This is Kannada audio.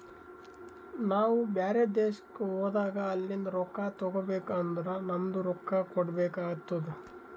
ನಾವು ಬ್ಯಾರೆ ದೇಶ್ಕ ಹೋದಾಗ ಅಲಿಂದ್ ರೊಕ್ಕಾ ತಗೋಬೇಕ್ ಅಂದುರ್ ನಮ್ದು ರೊಕ್ಕಾ ಕೊಡ್ಬೇಕು ಆತ್ತುದ್